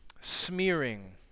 smearing